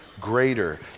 greater